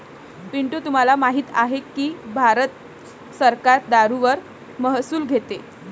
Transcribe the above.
पिंटू तुम्हाला माहित आहे की भारत सरकार दारूवर महसूल घेते